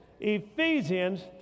Ephesians